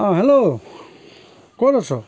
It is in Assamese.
অঁ হেলৌ ক'ত আছ